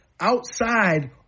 outside